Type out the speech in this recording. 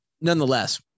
Nonetheless